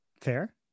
Fair